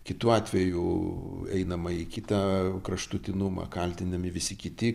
kitu atveju einama į kitą kraštutinumą kaltinami visi kiti